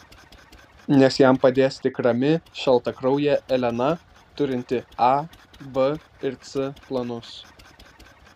nes jam padės tik rami šaltakraujė elena turinti a b ir c planus